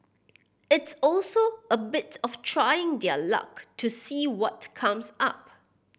it's also a bit of trying their luck to see what comes up